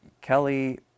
Kelly